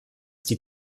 die